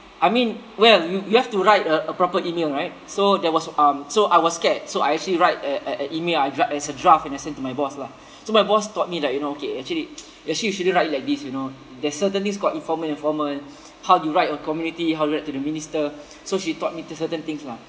I mean well you you have to write a a proper email right so there was um so I was scared so I actually write uh a a email I dra~ as a draft and I send to my boss lah so my boss taught me like you know okay actually actually you shouldn't write it like this you know there's certain things called informal and formal how you write your community how to write to the minister so she taught me the certain things lah